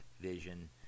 vision